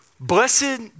Blessed